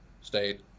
state